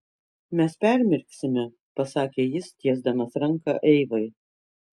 mes permirksime pasakė jis tiesdamas ranką eivai